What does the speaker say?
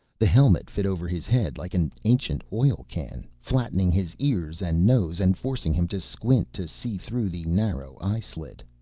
the helmet fit over his head like an ancient oil can, flattening his ears and nose and forcing him to squint to see through the narrow eye-slit.